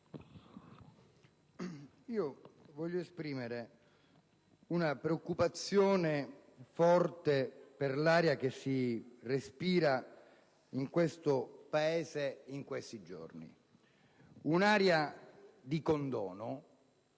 desidero esprimere una preoccupazione forte per l'aria che si respira nel Paese in questi giorni. Un'aria di condono